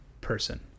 person